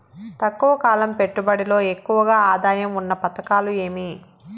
తక్కువ కాలం పెట్టుబడిలో ఎక్కువగా ఆదాయం ఉన్న పథకాలు ఏమి?